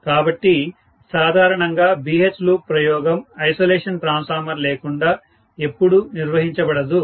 కాబట్టి సాధారణంగా BH loop ప్రయోగం ఐసోలేషన్ ట్రాన్స్ఫార్మర్ లేకుండా ఎప్పుడూ నిర్వహించబడదు